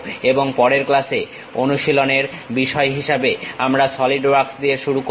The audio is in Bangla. এবং পরের ক্লাসে অনুশীলনীর বিষয় হিসাবে আমরা সলিড ওয়ার্কস দিয়ে শুরু করবো